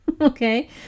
Okay